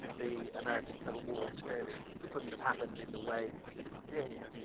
the american civil war clearly couldn't have happened in the way that it did.